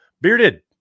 Bearded